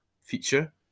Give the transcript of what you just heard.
feature